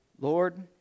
Lord